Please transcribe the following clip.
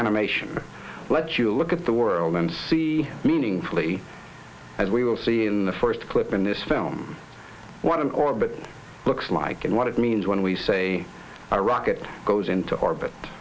animation like but you look at the world and see meaningfully and we will see in the first clip in this film what an orbit looks like and what it means when we say iraq it goes into orbit